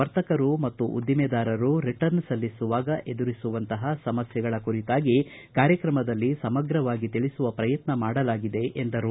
ವರ್ತಕರು ಮತ್ತು ಉದ್ದಿಮೆದಾರರು ರಿಟರ್ನ್ ಸಲ್ಲಿಸುವಾಗ ಎದುರಿಸುವಂತಹ ಸಮಸ್ಥೆಗಳ ಕುರಿತಾಗಿ ಕಾರ್ಯಕ್ರಮದಲ್ಲಿ ಸಮಗ್ರವಾಗಿ ತಿಳಿಸುವ ಪ್ರಯತ್ನ ಮಾಡಲಾಗಿದೆ ಎಂದರು